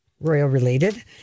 royal-related